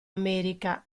america